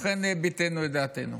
אכן ביטאנו את דעתנו,